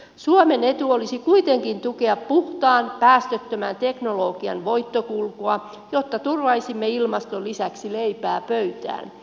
suomen etu olisi kuitenkin tukea puhtaan päästöttömän teknologian voittokulkua jotta turvaisimme ilmaston lisäksi leipää pöytään